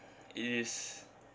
is